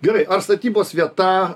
gerai ar statybos vieta